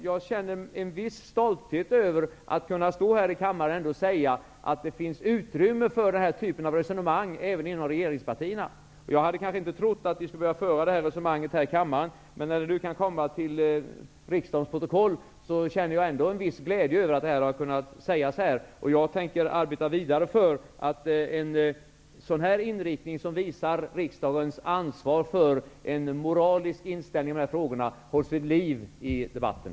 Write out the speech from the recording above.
Jag känner en viss stolthet över att här i kammaren kunna säga att det finns ett utrymme för den här typen av resonemang även inom regeringspartierna. Jag hade kanske inte trott att vi skulle behöva föra detta resonemang här i kammaren. Men när det nu kan komma med i riksdagens protokoll känner jag en viss glädje över det som kunnat sägas här. Jag tänker arbeta vidare för att en sådan här inriktning som visar riksdagens ansvar för en moralisk inställning i dessa frågor hålls vid liv i debatten.